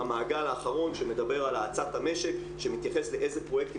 המעגל האחרון שמדבר על האצת המשק שמתייחס לאיזה פרויקטים